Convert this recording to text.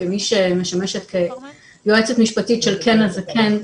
כמי שמשמשת יועצת משפטית של 'כן לזקן',